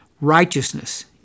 righteousness